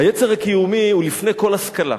היצר הקיומי הוא לפני כל השכלה.